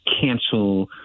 cancel